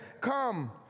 come